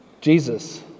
Jesus